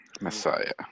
Messiah